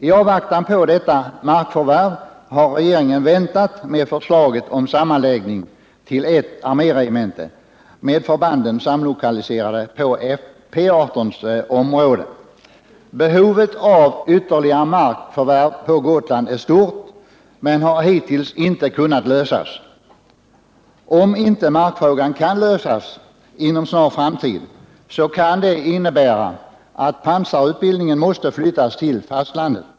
I avvaktan på detta markförvärv har regeringen väntat med förslaget om sammanläggning till ett arméregemente med förbanden samlokaliserade på P 18:s område. Behovet av ytterligare markförvärv är stort men har hittills inte kunnat tillgodoses. Om inte markfrågan kan lösas inom en snar framtid kan det innebära att pansarutbildningen måste flyttas till fastlandet.